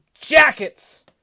Jackets